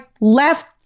left